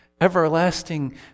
everlasting